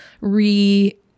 re-